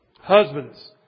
Husbands